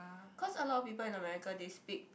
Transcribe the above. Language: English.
cause a lot of people in America they speak